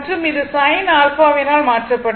மற்றும் இது sin α வினால் மாற்றப்பட்டது